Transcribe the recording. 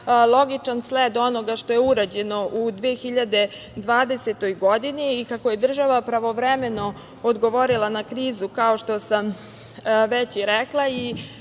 logičan sled onoga što je urađeno u 2020. godini. Kako je država pravovremeno odgovorila na krizu, kao što sam već i rekla,